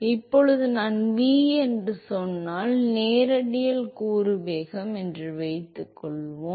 இப்போது நான் v என்று சொன்னால் ரேடியல் கூறு வேகம் என்று வைத்துக்கொள்வோம்